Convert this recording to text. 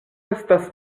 estas